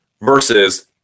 Versus